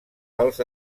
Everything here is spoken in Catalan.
pels